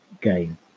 game